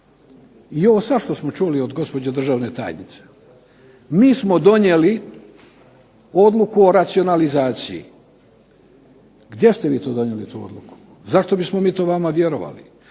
I ovo sad što smo čuli od gospođe državne tajnice, mi smo donijeli odluku o racionalizaciji. Gdje ste vi to donijeli tu odluku? Zašto bismo mi to vama vjerovali?